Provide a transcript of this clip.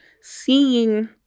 seeing